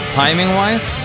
timing-wise